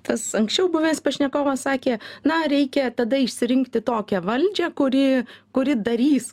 tas anksčiau buvęs pašnekovas sakė na reikia tada išsirinkti tokią valdžią kuri kuri darys